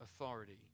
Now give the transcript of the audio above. authority